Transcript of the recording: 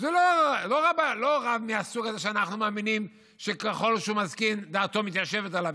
הוא לא רב מהסוג הזה שאנחנו מאמינים שככל שהוא מזקין דעתו מתיישבת עליו,